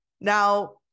Now